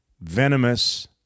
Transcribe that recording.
venomous